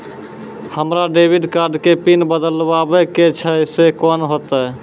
हमरा debit card के PIN बदलबावै के छैं से कौन होतै?